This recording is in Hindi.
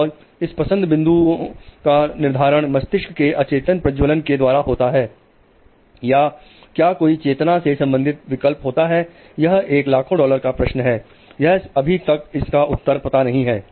और इन पसंद बिंदुओं का निर्धारण मस्तिष्क के अचेतन प्रज्वलन के द्वारा होता है या क्या कोई चेतना से संबंधित विकल्प होता है यह एक लाखों डॉलर का प्रश्न है और अभी तक इसका उत्तर पता नहीं है